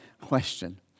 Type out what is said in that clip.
question